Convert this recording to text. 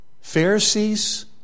Pharisees